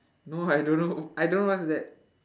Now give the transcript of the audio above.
no I don't know I don't know what's that